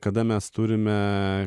kada mes turime